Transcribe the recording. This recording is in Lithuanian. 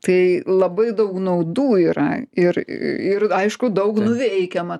tai labai daug naudų yra ir ir aišku daug nuveikiama